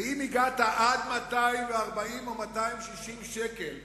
ואם הגעת עד 240 או 260 שקל ברבעון,